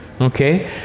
okay